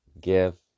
Give